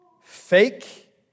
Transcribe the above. Fake